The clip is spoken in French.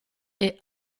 est